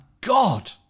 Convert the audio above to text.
God